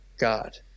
God